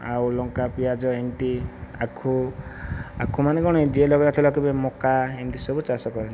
ଆଉ ଲଙ୍କା ପିଆଜ ଏମିତି ଆଖୁ ଆଖୁ ମାନେ କଣ ୟେ ଯିଏ ଲଗାଇବାର ଥିଲା କେବେ ମକା ଏମିତି ସବୁ ଚାଷ କରେ